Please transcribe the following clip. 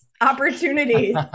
opportunities